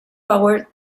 powered